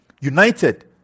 United